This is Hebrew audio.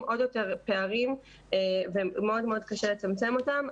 עוד יותר פערים ומאוד מאוד קשה לצמצם אותם.